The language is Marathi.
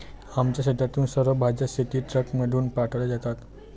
आमच्या शेतातून सर्व भाज्या शेतीट्रकमधून पाठवल्या जातात